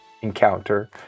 encounter